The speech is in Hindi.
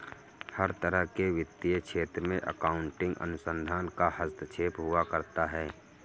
हर तरह के वित्तीय क्षेत्र में अकाउन्टिंग अनुसंधान का हस्तक्षेप हुआ करता है